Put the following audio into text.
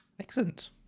excellent